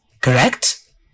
correct